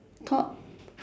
thought